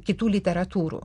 kitų literatūrų